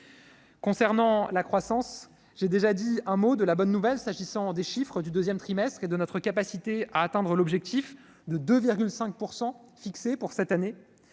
viens à la croissance. J'ai déjà dit un mot de la bonne nouvelle s'agissant des chiffres du deuxième trimestre et de notre capacité à atteindre l'objectif de 2,5 % fixé pour cette année.